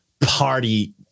party